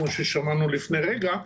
כמו ששמענו לפני רגע,